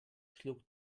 schlug